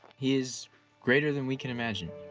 he is greater than we can imagine,